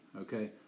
okay